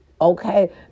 Okay